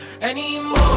anymore